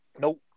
Nope